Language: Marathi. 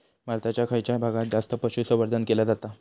भारताच्या खयच्या भागात जास्त पशुसंवर्धन केला जाता?